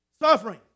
Suffering